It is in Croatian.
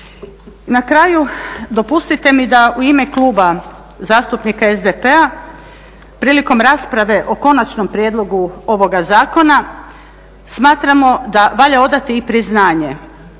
Na kraju dopustite mi da u ime Kluba zastupnika SDP-a prilikom rasprave o konačnom prijedlogu ovoga zakona smatramo da valja odati i priznanje,